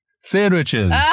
sandwiches